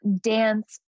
Dance